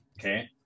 okay